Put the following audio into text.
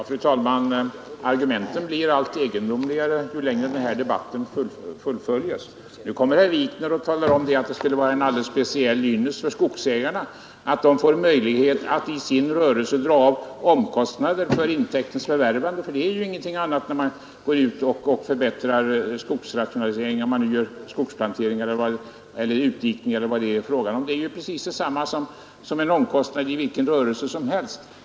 Fru talman! Argumenten blir allt egendomligare ju längre den här debatten fortskrider. Nu anför herr Wikner att det skulle vara en alldeles speciell ynnest för skogsägarna att de får möjlighet att i sin rörelse dra av omkostnader för intäkternas förvärvande, eftersom skogsrationaliseringar, skogsplanteringar, utdikningar eller vad det är fråga om — är precis detsamma som omkostnader i vilken annan rörelse som helst.